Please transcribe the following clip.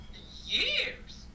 Years